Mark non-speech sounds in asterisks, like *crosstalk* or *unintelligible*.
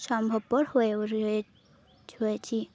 সম্ভবপর হয়ে *unintelligible* রয়েছি